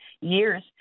years